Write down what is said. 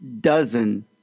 dozen